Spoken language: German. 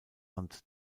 hand